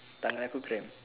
tangan aku cramp